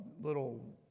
little